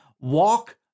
walk